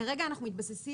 כרגע אנחנו מתבססים,